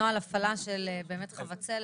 נוהל הפעלה של חבצלת,